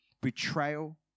betrayal